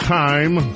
time